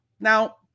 Now